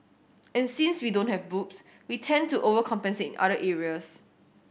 and since we don't have boobs we tend to overcompensate in other areas